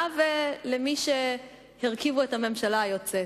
לה ולמי שהרכיבו את הממשלה היוצאת.